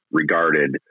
regarded